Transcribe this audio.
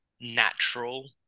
natural